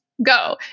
go